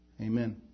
Amen